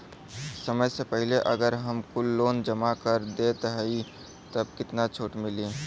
समय से पहिले अगर हम कुल लोन जमा कर देत हई तब कितना छूट मिली?